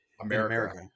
America